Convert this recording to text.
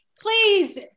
Please